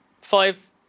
Five